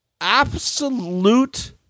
absolute